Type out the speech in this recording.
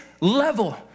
level